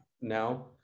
now